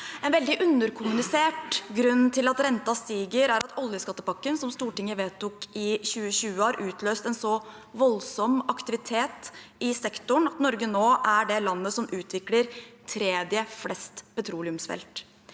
En veldig underkommunisert grunn til at renten stiger, er at oljeskattepakken som Stortinget vedtok i 2020, har utløst en så voldsom aktivitet i sektoren at Norge nå er det landet som utvikler tredje flest petroleumsfelter.